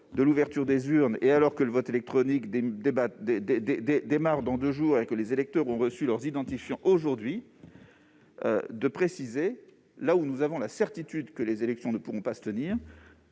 de l'ouverture des urnes, que le vote électronique débute dans deux jours et que les électeurs ont reçu leurs identifiants aujourd'hui, de préciser les pays où nous avons la certitude que les élections ne pourront pas se tenir.